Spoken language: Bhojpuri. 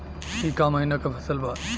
ई क महिना क फसल बा?